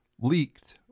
leaked